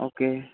okay